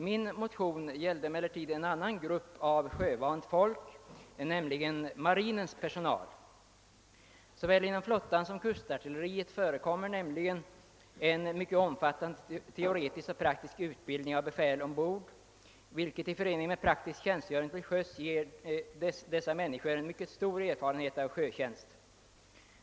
Min motion gällde en annan grupp av sjövant folk, nämligen marinens personal. Såväl inom flottan som inom kustartilleriet förekommer nämligen en mycket omfattande teoretisk och praktisk utbildning av befäl ombord, vilket i förening med praktisk tjänstgöring till sjöss ger dessa människor stor erfarenhet av sjötjänst.